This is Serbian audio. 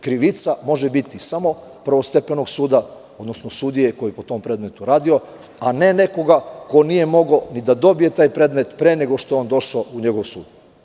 Krivica može biti samo prvostepenog suda, odnosno sudije koji je na tom predmetu radio a ne nekoga ko nije mogao ni da dobije taj predmet pre nego što je on došao u njegov sud.